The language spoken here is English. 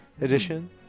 edition